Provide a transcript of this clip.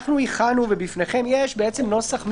הכנו נוסח משולב,